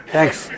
Thanks